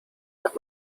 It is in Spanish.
las